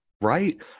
Right